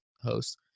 host